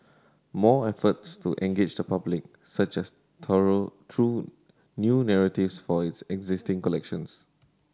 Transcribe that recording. more efforts to engage the public such as thorough through new narratives for its existing collections